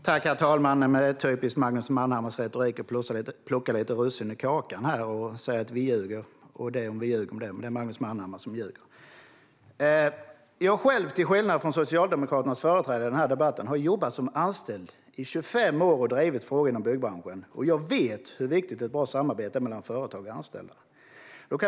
Herr talman! Det är typiskt Magnus Manhammar att plocka lite russin ur kakan och säga att vi ljuger. Men det är Magnus Manhammar som ljuger. Till skillnad från Socialdemokraternas företrädare i den här debatten har jag själv jobbat som anställd i 25 år och drivit frågan inom byggbranschen. Jag vet hur viktigt det är med ett bra samarbete mellan företag och anställda.